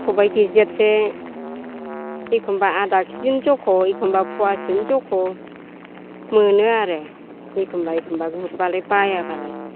खबाइ गेजेरसे एखमब्ला आदा किजिनि जख' एखमब्ला फवासेनि जख' मोनो आरो एखमब्ला एखमब्ला गुरब्लालाय बायाबलाय